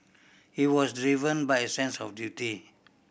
he was driven by a sense of duty